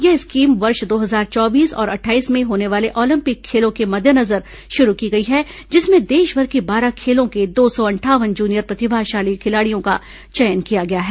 यह स्कीम वर्ष दो हजार चोबीस और अट्ठाईस में होने वाले ओलंपिक खेलों के मद्देनजर शुरू की गई है जिसमें देशभर के बारह खेलों के दो सौ अंठावन जूनियर प्रतिभाशाली खिलाड़ियों का चयन किया गया है